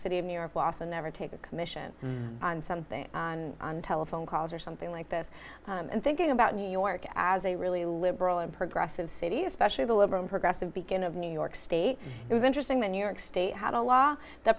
city of new york wason never take a commission on something on telephone calls or something like this and thinking about new york as a really liberal and progressive city especially the liberal progressive begin of new york state it was interesting that new york state had a law that